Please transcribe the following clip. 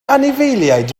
anifeiliaid